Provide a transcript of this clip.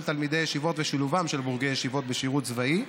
תלמידי ישיבות ושילובם של בוגרי ישיבות בשירות צבאי,